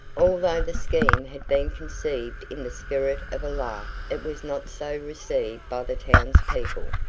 although the scheme had been conceived in the spirit of a lark it was not so received by the townspeople.